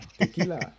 Tequila